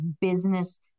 business